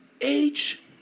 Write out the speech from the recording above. Age